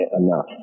enough